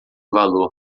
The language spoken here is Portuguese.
valor